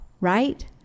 right